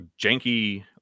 janky